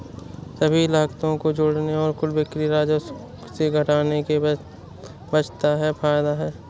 सभी लागतों को जोड़ने और कुल बिक्री राजस्व से घटाने के बाद बचता है फायदा है